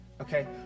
Okay